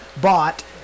bought